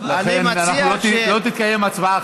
לכן לא תתקיים הצבעה,